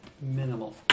Minimal